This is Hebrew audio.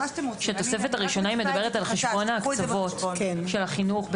היא שהתוספת הראשונה מדברת על חשבון ההקצבות של החינוך.